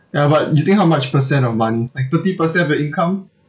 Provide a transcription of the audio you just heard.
ya but you think how much percent of money like thirty percent of your income